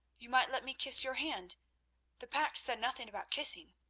you might let me kiss your hand the pact said nothing about kissing.